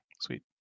Sweet